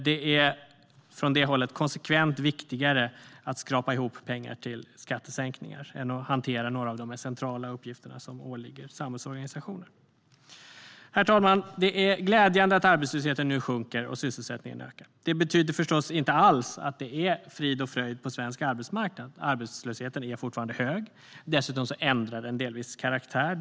Det är från det hållet konsekvent viktigare att skrapa ihop pengar till skattesänkningar än att hantera några av de mer centrala uppgifterna som åligger samhällsorganisationer. Herr talman! Det är glädjande att arbetslösheten nu sjunker och sysselsättningen ökar. Det betyder förstås inte alls att det är frid och fröjd på svensk arbetsmarknad. Arbetslösheten är fortfarande hög. Dessutom ändrar den delvis karaktär.